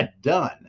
done